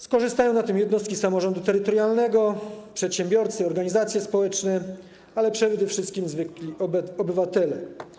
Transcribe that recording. Skorzystają na tym jednostki samorządu terytorialnego, przedsiębiorcy, organizacje społeczne, a przede wszystkim zwykli obywatele.